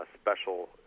special